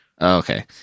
Okay